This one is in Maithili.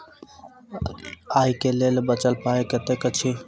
आइ केँ लेल बचल पाय कतेक अछि?